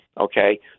Okay